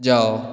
ଯାଅ